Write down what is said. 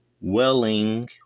Welling